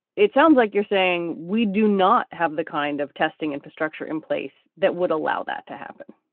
it sounds like you're saying we do not have the kind of testing infrastructure in place that would allow that to happen